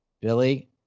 Billy